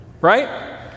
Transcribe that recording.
right